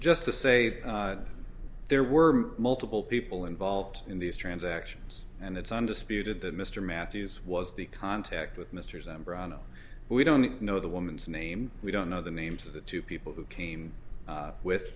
just to say there were multiple people involved in these transactions and it's undisputed that mr matthews was the contact with mr zambrano we don't know the woman's name we don't know the names of the two people who came with